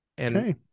Okay